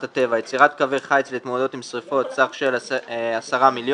הטבע: יצירת קווי חיץ להתמודדות עם שריפות סך של 10 מיליון,